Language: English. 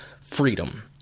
freedom